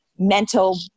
Mental